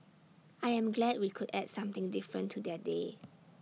I am glad we could add something different to their day